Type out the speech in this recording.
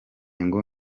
ngo